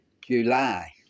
July